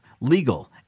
legal